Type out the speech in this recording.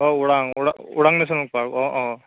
অঁ Orang Orang Orang national park অঁ অঁ